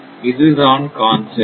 இதுதான் கான்செப்ட்